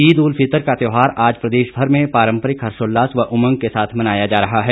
ईद उल फितर का त्यौहार आज प्रदेशभर में पारम्परिक हर्षोल्लास व उमंग के साथ मनाया जा रहा है